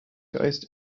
geist